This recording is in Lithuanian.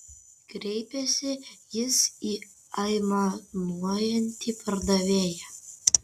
kreipėsi jis į aimanuojantį pardavėją